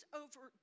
over